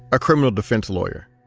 a criminal defense lawyer